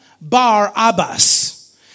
Bar-Abbas